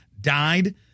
died